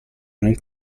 nel